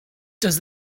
does